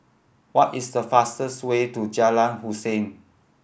what is the fastest way to Jalan Hussein